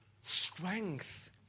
strength